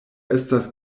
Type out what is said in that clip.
estas